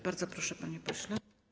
Bardzo proszę, panie pośle.